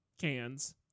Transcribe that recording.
cans